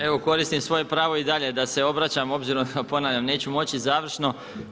Evo koristim svoje pravo i dalje da se obraćam obzirom ponavljam, neću moći završno.